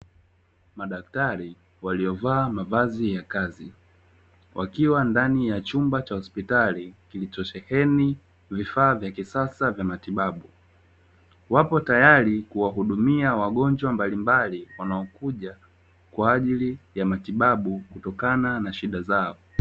Madaktari waliovaa mavazi ya kazi, wakiwa ndani ya chumba cha hospitali kilichosheheni vifaa vya kisasa vya matibabu. Wapo tayari kuwahudumia wagonjwa mbalimbali wanaokuja kwa ajili ya matibabu, kutokana na shida zao.